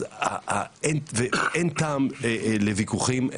אין טעם לוויכוחים,